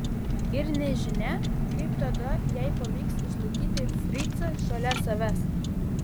ir nežinia kaip tada jai pavyks išlaikyti fricą šalia savęs